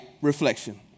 reflection